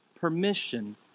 permission